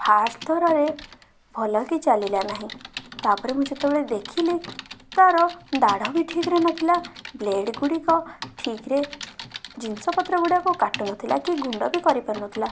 first ଥରରେ ଭଲ କି ଚାଲିଲା ନାହିଁ ତା'ପରେ ମୁଁ ଯେତେବେଳେ ଦେଖିଲି ତା'ର ଦାଢ଼ ବି ଠିକ୍ରେ ନଥିଲା ବ୍ଲେଡ଼୍ ଗୁଡ଼ିକ ଠିକ୍ରେ ଜିନିଷପତ୍ର ଗୁଡ଼ାକ କାଟୁନଥିଲା କି ଗୁଣ୍ଡ ବି କରିପାରୁନଥିଲା